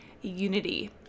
unity